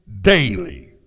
daily